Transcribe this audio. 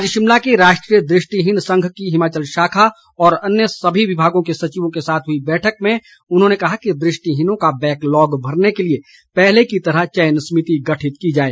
आज शिमला के राष्ट्रीय दृष्टिहीन संघ की हिमाचल शाखा और अन्य सभी विभागों के सचिवों के साथ हुई बैठक में उन्होंने कहा कि दृष्टिहीनों का बैकलॉग भरने के लिए पहले की तरह चयन समिति गठित की जाए